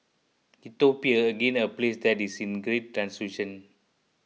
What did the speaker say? Ethiopia again a place that is in great transition